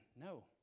No